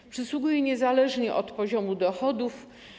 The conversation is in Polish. Bon przysługuje niezależnie od poziomu dochodów.